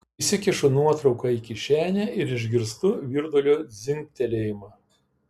įsikišu nuotrauką į kišenę ir išgirstu virdulio dzingtelėjimą